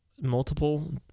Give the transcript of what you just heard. multiple